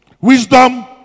Wisdom